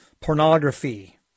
pornography